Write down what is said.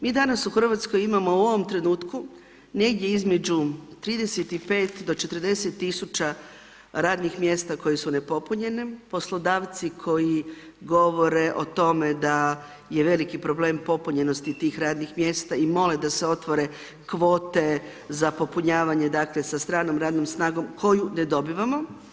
Mi danas u Hrvatskoj imamo u ovom trenutku, negdje između 35-40 tisuća radnih mjesta koje su nepopunjenije, poslodavci koji govore o tome da veliki problem popunjenosti tih radnih mjesta i mole da se otvore kvote za popunjavanje sa stranom radnom snagom koju ne dobivamo.